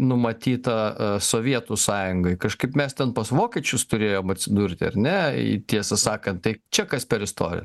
numatyta sovietų sąjungai kažkaip mes ten pas vokiečius turėjom atsidurti ar ne tiesą sakant tai čia kas per istorija